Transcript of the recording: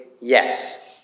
yes